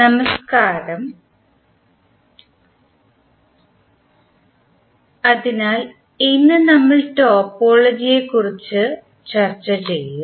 നമസ്കാരം അതിനാൽ ഇന്ന് നമ്മൾ ടോപ്പോളജിയെക്കുറിച്ച് ചർച്ച ചെയ്യും